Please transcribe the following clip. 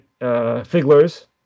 Figler's